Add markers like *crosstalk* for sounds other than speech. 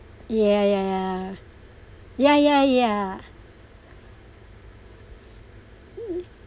ya ya ya ya ya ya *noise*